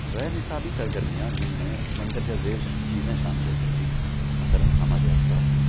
غیر نصابی سرگرمیاں جن میں مندرجہ ذیل چیزیں شامل ہو سکتی ہیں مثلاً ہمہ جہت ترقی